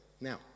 Now